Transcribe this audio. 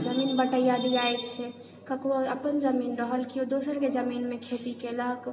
जमीन बटैआ दिआइ छै ककरो अपन जमीन रहल केओ दोसरके जमीनमे खेती केलक